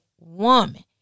woman